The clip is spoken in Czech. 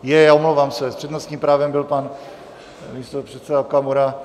Jé, omlouvám se, s přednostním právem byl pan místopředseda Okamura.